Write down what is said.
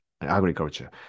agriculture